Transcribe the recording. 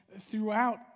throughout